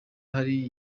hari